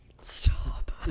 Stop